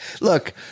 Look